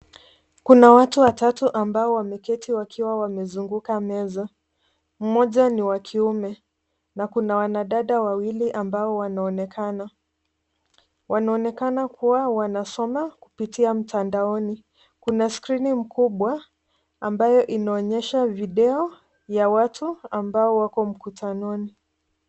Kuna watu watatu ambao wameketi wakiwa wamezunguka meza. Mmoja ni wa kiume na kuna wanadada wawili ambao wanaonekana. Wanaonekana kuwa wanasoma kupitia mtandaoni. Kuna skrini mkubwa ambayo inaonyesha video ya watu ambao wako mkutanoni.